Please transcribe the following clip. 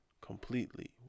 completely